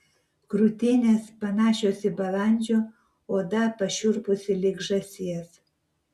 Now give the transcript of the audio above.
krūtinės panašios į balandžio oda pašiurpusi lyg žąsies